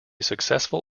successful